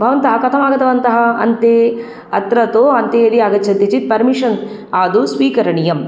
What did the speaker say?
भवन्तः कथम् आगतवन्तः अन्ते अत्र तु अन्ते यदि आगच्छति चेत् पर्मिशन् आदौ स्वीकरणीयम्